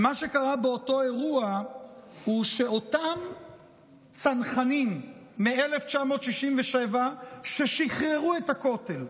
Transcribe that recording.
ומה שקרה באותו אירוע הוא שאותם צנחנים מ-1967 ששחררו את הכותל,